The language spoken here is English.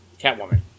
Catwoman